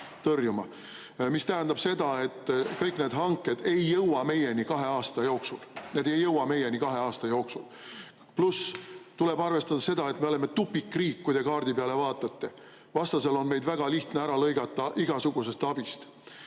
tõrjuma. See tähendab seda, et kõik need hanked ei jõua meieni kahe aasta jooksul. Need ei jõua meieni kahe aasta jooksul. Pluss, tuleb arvestada seda, et me oleme tupikriik, kui te kaardi peale vaatate. Vastasel on meid väga lihtne ära lõigata igasugusest abist.